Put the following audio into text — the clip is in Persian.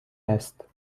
است